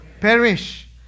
perish